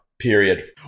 period